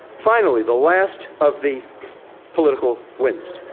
finally, the last of the political whims.